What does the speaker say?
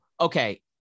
Okay